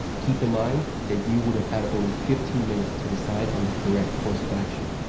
keep in mind that you would have had only fifteen minutes to decide on the correct course of action